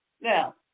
Now